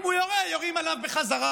אם הוא יורה, יורים עליו בחזרה.